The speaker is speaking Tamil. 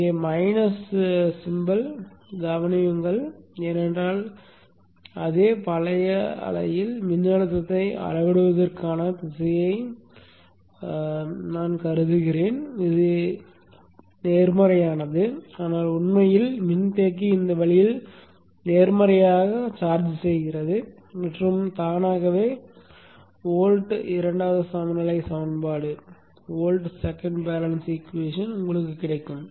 இங்கே கழித்தல் குறியைக் கவனியுங்கள் ஏனென்றால் அதே பழைய அலையில் மின்னழுத்தத்தை அளவிடுவதற்கான திசையை நான் கருதினேன் இது நேர்மறையானது ஆனால் உண்மையில் மின்தேக்கி இந்த வழியில் நேர்மறையாக சார்ஜ் செய்கிறது மற்றும் தானாகவே வோல்ட் இரண்டாவது சமநிலை சமன்பாடு உங்களுக்கு கிடைக்கும்